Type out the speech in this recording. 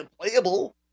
playable